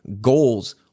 goals